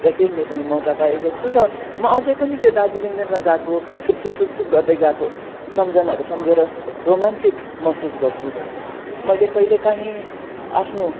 र हिड्ने पनि मौका पाएको छु र म अझै पनि त्यो दार्जिलिङ मेलमा गएको छुकछुक छुकछुक गर्दै गएको सम्झनाहरू सम्झेर रोमाञ्चित महसुस गर्छु मैले कहिले कहीँ आफ्नो